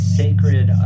sacred